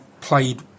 played